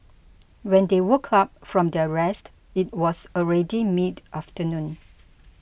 when they woke up from their rest it was already midafternoon